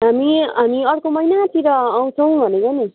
हामी हामी अर्को महिनातिर आउछौँ भनेको नि